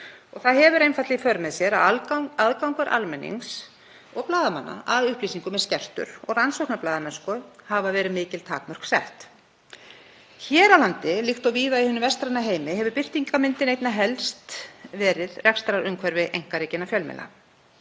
Það hefur einfaldlega í för með sér að aðgangur almennings og blaðamanna að upplýsingum er skertur og rannsóknarblaðamennsku hafa verið mikil takmörk sett. Hér á landi líkt og víða í hinum vestræna heimi hefur birtingarmyndin einna helst verið rekstrarumhverfi einkarekinna fjölmiðla.